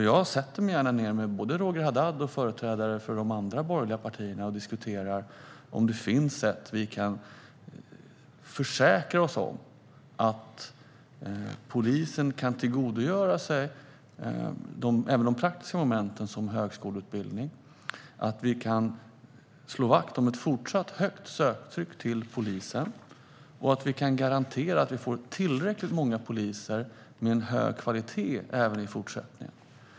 Jag sätter mig gärna ned med både Roger Haddad och företrädare för de andra borgerliga partierna och diskuterar om det finns sätt för att vi ska kunna försäkra oss om att polisen kan tillgodogöra sig även de praktiska momenten som högskoleutbildning, att vi kan slå vakt om ett stort söktryck i fråga om polisutbildningen och att vi kan garantera att vi får tillräckligt många poliser med hög kvalitet även i fortsättningen.